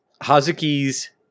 Hazuki's